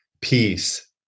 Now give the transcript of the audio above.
peace